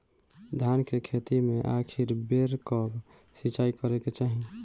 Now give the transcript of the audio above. धान के खेती मे आखिरी बेर कब सिचाई करे के चाही?